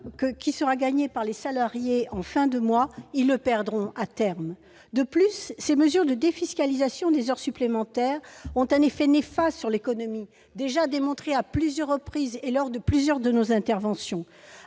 que les salariés gagneront à la fin du mois, ils le perdront à terme ! De plus, ces mesures de défiscalisation des heures supplémentaires ont un effet néfaste sur l'économie, déjà démontré à plusieurs reprises et dénoncé lors de plusieurs de nos interventions.